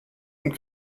und